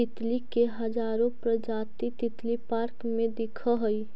तितली के हजारो प्रजाति तितली पार्क में दिखऽ हइ